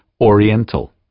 Oriental